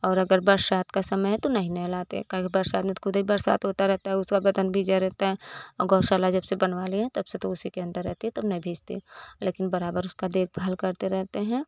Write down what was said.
और अगर बरसात का समय है तो नहीं नहलाते हैं काहें कि बरसात में तो खुद ही बरसात होता रहता है उसका बदन भीजा रहता है और गौशाला जब से बनवा लिए हैं तब से तो उसी के अन्दर रहती है तब नहीं भीजती लेकिन बराबर उसका देखभाल करते रहते हैं